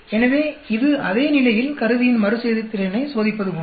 எனவே இது அதே நிலையில் கருவியின் மறுசெயற்திறனைச் சோதிப்பது போன்றது